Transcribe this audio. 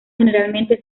generalmente